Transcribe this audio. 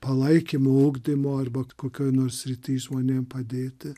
palaikymo ugdymo arba kokioj nors srity žmonėm padėti